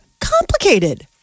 complicated